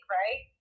right